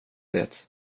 det